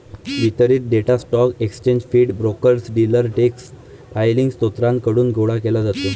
वितरित data stock exchange feed, brokers, dealer desk filing स्त्रोतांकडून गोळा केला जातो